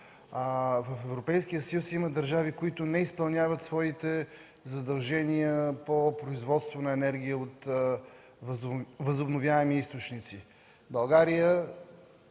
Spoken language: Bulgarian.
в Европейския съюз има държави, които не изпълняват своите задължения по производство на енергия от възобновяеми източници.